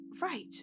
Right